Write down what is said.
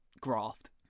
graft